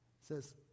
says